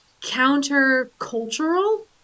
counter-cultural